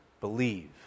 believe